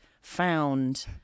found